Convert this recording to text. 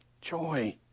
Joy